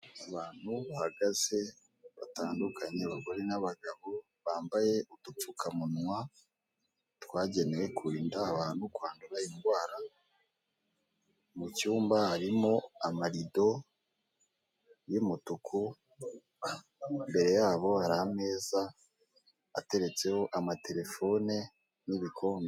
Abantu bahagaze batandukanye, abagore n'abagabo bambaye udupfukamunwa twagenewe kurinda abantu kwandura indwara. Mu cyumba harimo amarido y'umutuku, imbere yabo hari ameza ateretseho amatelefone n'ibikombe.